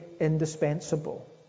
indispensable